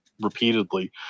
repeatedly